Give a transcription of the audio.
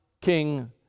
King